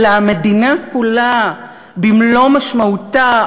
אלא המדינה כולה במלוא משמעותה,